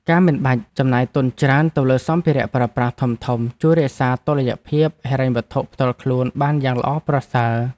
ការមិនបាច់ចំណាយទុនច្រើនទៅលើសម្ភារៈប្រើប្រាស់ធំៗជួយរក្សាតុល្យភាពហិរញ្ញវត្ថុផ្ទាល់ខ្លួនបានយ៉ាងល្អប្រសើរ។